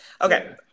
Okay